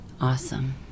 Awesome